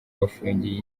bafungiwe